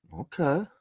Okay